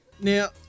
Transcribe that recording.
now